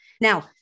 Now